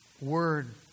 word